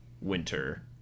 winter